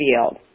field